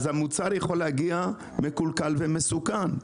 אז המוצר יכול להגיע מקולקל ומסוכן.